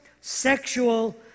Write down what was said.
sexual